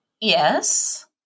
Yes